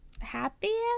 happiest